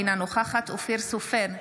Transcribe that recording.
אינה נוכחת אופיר סופר,